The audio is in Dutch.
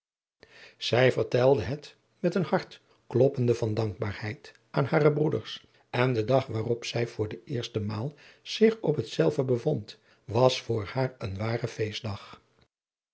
zij vertelde het met een hart kloppende van dankbaarheid aan hare broeders en de dag waarop zij voor de eerste maal zich op het zelve bevond was voor haar een ware feestdag